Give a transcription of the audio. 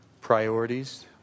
Priorities